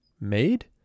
made